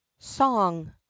Song